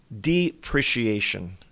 depreciation